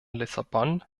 lissabon